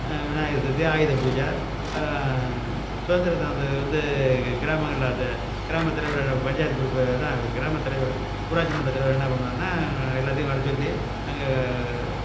விநாயகர் சதுர்த்தி ஆயுத பூஜை அப்புறம் சுதந்திர தினத்துக்கு வந்து கிராமங்கள்ல அது கிராம தலைவர் பஞ்சாயத்து பொறுப்பு அதுதான் கிராம தலைவர் ஊராட்சி மன்ற தலைவர் என்ன பண்ணுவாருன்னால் எல்லாத்தையும் வர சொல்லி அங்கே